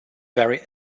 very